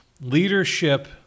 leadership